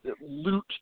loot